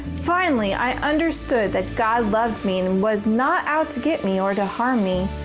finally, i understood that god loved me and was not out to get me or to harm me.